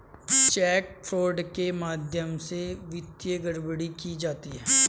check fraud के माध्यम से वित्तीय गड़बड़ियां की जाती हैं